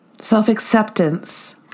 Self-acceptance